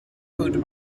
food